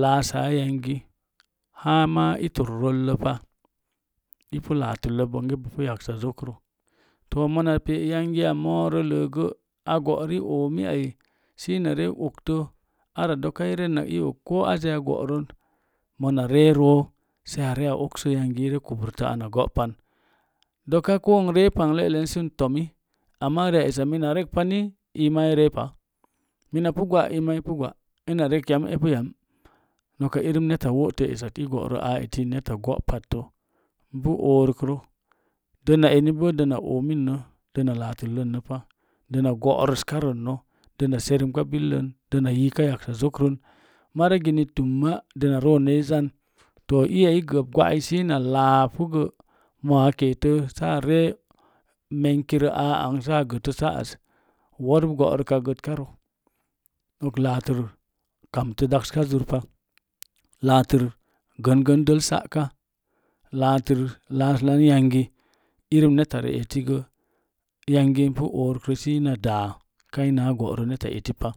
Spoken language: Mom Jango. laasa yaugi haa maa i tor rolləpa ipu laatərle bonge bopu yaksazokro to mona yangi moorə ləəgə a go'ri oomi ai sə ina ree okto ara doka renak iog ko azeya go'rən mona ree ro sə a okso yangi ire kubruto ana go'pan doka ko ireepai le'len sə i tomi amma re eslak mina rekpa, ni ii ma i reepa mina pu gwa'ii maa ipu gwa ina rek yam epu yam noka irin neta wo'tə esati gorə aa eti netta go'pattə ipu oorukrə dona enibo dəna oominə dəna latərllən pa dəna go'ras ka rənnə dəna serumka billən dəna yaksa zokrən. Maragini tumma dəna roon nən izan to iya i gap gwa'ai si ina laapugə moa a keetə saa ree menkirə saa gətə sa'az worub go'ruka gətkarə nok laatər kamtə daksha zur pa laatər gən gən dəl sa'ka, laatər laaslan yangi irin nettari eti gə yaugi ipu oorukro sə ina daa kaina goro netta etipa.